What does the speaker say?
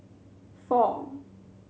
four